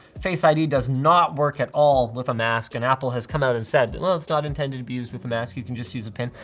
face id does not work at all with a mask, and apple has come out and said, well, it's not intended to be used with a mask. you can just use a pin.